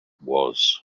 was